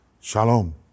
shalom